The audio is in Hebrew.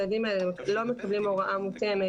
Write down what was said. שהילדים האלה לא מקבלים הוראה מותאמת